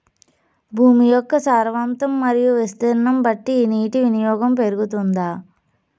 భూమి యొక్క సారవంతం మరియు విస్తీర్ణం బట్టి నీటి వినియోగం పెరుగుతుందా?